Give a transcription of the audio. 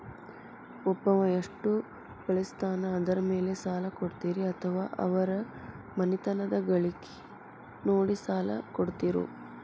ಒಬ್ಬವ ಎಷ್ಟ ಗಳಿಸ್ತಾನ ಅದರ ಮೇಲೆ ಸಾಲ ಕೊಡ್ತೇರಿ ಅಥವಾ ಅವರ ಮನಿತನದ ಗಳಿಕಿ ನೋಡಿ ಸಾಲ ಕೊಡ್ತಿರೋ?